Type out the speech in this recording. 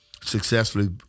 successfully